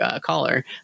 caller